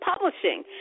publishing